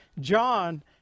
John